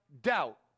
doubt